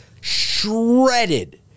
Shredded